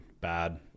bad